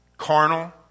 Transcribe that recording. carnal